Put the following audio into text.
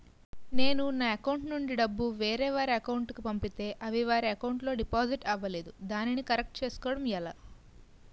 నేను నా అకౌంట్ నుండి డబ్బు వేరే వారి అకౌంట్ కు పంపితే అవి వారి అకౌంట్ లొ డిపాజిట్ అవలేదు దానిని కరెక్ట్ చేసుకోవడం ఎలా?